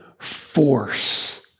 Force